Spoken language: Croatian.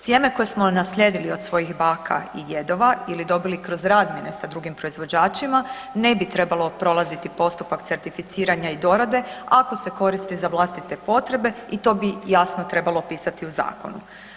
Sjeme koje smo naslijedili od svojih baka i djedova ili dobili kroz razmjene sa drugim proizvođačima ne bi trebalo prolaziti postupak certificiranja i dorade ako se koristi za vlastite potrebe i to bi jasno trebalo pisati u zakonu.